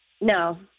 No